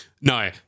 No